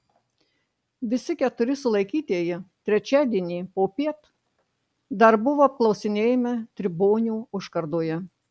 visi keturi sulaikytieji trečiadienį popiet dar buvo apklausinėjami tribonių užkardoje